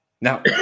Now